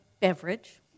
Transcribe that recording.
beverage